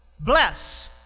Bless